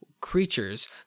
Creatures